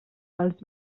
els